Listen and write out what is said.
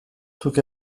zuk